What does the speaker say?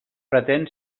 pretén